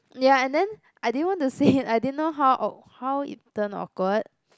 ya and then I didn't want to say I didn't know how aw~ how it turned awkward